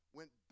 went